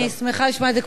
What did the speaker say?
אני שמחה לשמוע את זה,